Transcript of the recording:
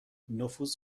نفوذ